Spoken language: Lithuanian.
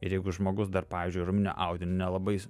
ir jeigu žmogus dar pavyzdžiui raumeninio audinio nelabai